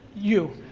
you.